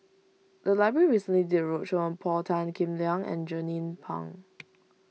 the library recently did a roadshow on Paul Tan Kim Liang and Jernnine Pang